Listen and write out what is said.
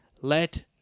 Let